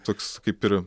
toks kaip ir